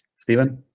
steven.